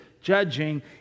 judging